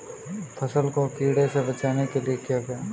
फसल को कीड़ों से बचाने के लिए क्या करें?